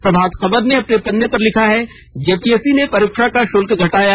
प्रभात खबर ने अपने पन्ने पर लिखा है जेपीएससी ने परीक्षा का शुल्क घटाया